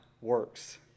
works